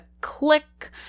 click